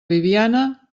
bibiana